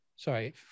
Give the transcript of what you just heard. sorry